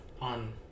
on